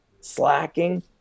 slacking